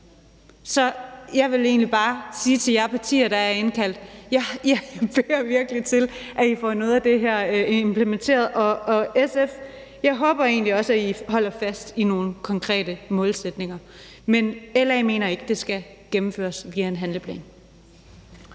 Så jeg vil egentlig bare sige til jer partier, der er indkaldt: Jeg beder virkelig til, at I får noget af det her implementeret, og til SF vil jeg sige: Jeg håber egentlig også, at I holder fast i nogle konkrete målsætninger, men LA mener ikke, at det skal gennemføres via en handleplan.